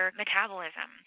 metabolism